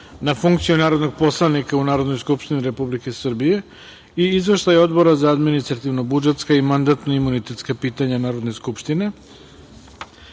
na funkciju narodnog poslanika u Narodnoj skupštini Republike Srbije i Izveštaj Odbora za administrativno-budžetska i mandatno-imunitetska pitanja Narodne skupštine